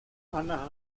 anna